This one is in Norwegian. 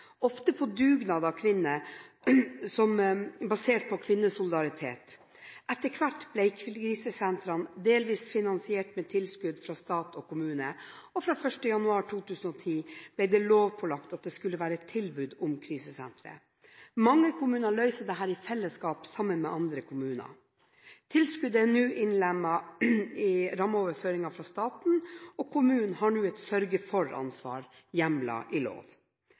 ofte på dugnad av kvinner basert på kvinnesolidaritet. Etter hvert ble krisesentrene delvis finansiert med tilskudd fra stat og kommune, og fra 1. januar 2010 ble det lovpålagt at det skulle være tilbud om krisesentre. Mange kommuner løser dette i fellesskap sammen med andre kommuner. Tilskuddet er nå innlemmet i rammeoverføringene fra staten, og kommunene har nå et sørge-for-ansvar hjemlet i lov. I